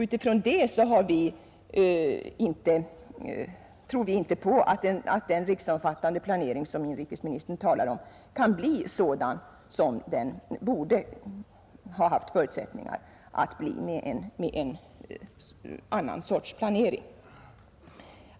Utifrån det tror vi inte på att den riksomfattande planering som inrikesministern talar om kan bli sådan som den hade haft förutsättningar att bli med en annan sorts planering.